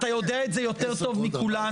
אתה יודע את זה יותר טוב מכולנו.